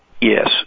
Yes